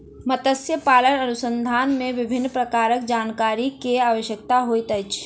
मत्स्य पालन अनुसंधान मे विभिन्न प्रकारक जानकारी के आवश्यकता होइत अछि